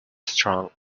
strong